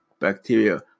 bacteria